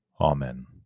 Amen